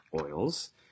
oils